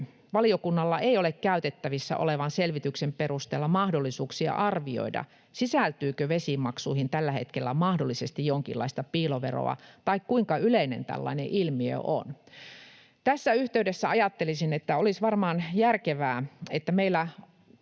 valiokunnalla ei ole käytettävissä olevan selvityksen perusteella mahdollisuuksia arvioida, sisältyykö vesimaksuihin tällä hetkellä mahdollisesti jonkinlaista piiloveroa tai kuinka yleinen tällainen ilmiö on. Tässä yhteydessä ajattelisin, että olisi varmaan järkevää, että —